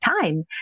time